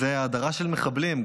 זה האדרה של מחבלים,